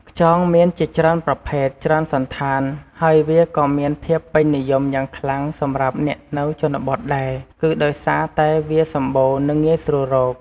ខ្យងមានជាច្រើនប្រភេទ ច្រើនសណ្ឋាន ហើយវាក៏មានភាពពេញនិយមយ៉ាងខ្លាំងសម្រាប់អ្នកនៅជនបទដែរ គឺដោយសារតែវាសម្បូរ និងងាយស្រួលរក។